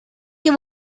que